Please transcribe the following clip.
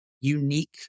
unique